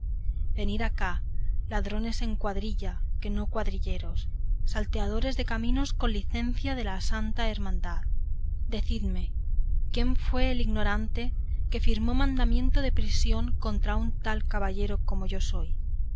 venid acá ladrones en cuadrilla que no cuadrilleros salteadores de caminos con licencia de la santa hermandad decidme quién fue el ignorante que firmó mandamiento de prisión contra un tal caballero como yo soy